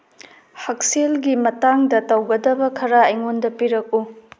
ꯍꯛꯁꯦꯜꯒꯤ ꯃꯇꯥꯡꯗ ꯇꯧꯒꯗꯕ ꯈꯔ ꯑꯩꯉꯣꯟꯗ ꯄꯤꯔꯛꯎ